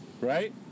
Right